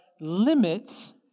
limits